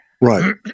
Right